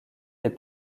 des